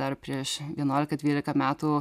dar prieš vienuolika dvylika metų